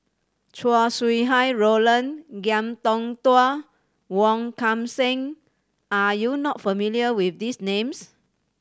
Chow Sau Hai Roland Ngiam Tong Dow Wong Kan Seng are you not familiar with these names